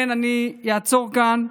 ולכן אני אעצור כאן.